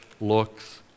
looks